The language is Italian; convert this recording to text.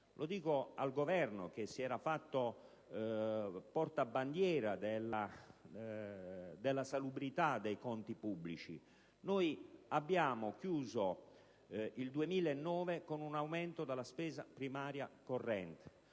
Lo dico al Governo, che si era fatto portabandiera della salubrità dei conti pubblici. Abbiamo chiuso il 2009 con un aumento della spesa primaria corrente